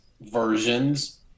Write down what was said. versions